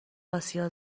آسیا